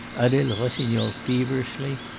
adele rossignol feverishly,